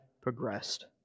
progressed